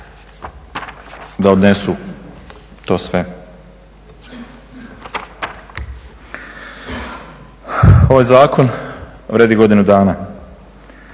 da odnesu to sve. Ovaj zakon vrijedi godinu dana.